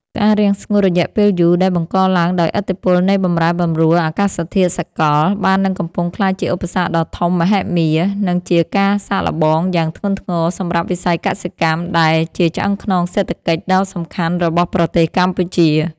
គ្រោះរាំងស្ងួតរយៈពេលយូរ ដែលបង្កឡើងដោយឥទ្ធិពលនៃបម្រែបម្រួលអាកាសធាតុសកល បាននិងកំពុងក្លាយជាឧបសគ្គដ៏ធំមហិមា និងជាការសាកល្បងយ៉ាងធ្ងន់ធ្ងរសម្រាប់វិស័យកសិកម្ម ដែលជាឆ្អឹងខ្នងសេដ្ឋកិច្ចដ៏សំខាន់របស់ប្រទេសកម្ពុជា។